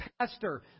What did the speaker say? pastor